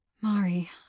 Mari